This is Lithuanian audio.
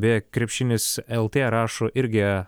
beje krepšinis lt rašo irgi